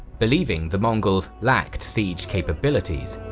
believing the mongols lacked siege capabilities.